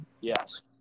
Yes